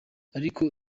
ariko